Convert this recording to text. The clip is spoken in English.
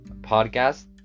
podcast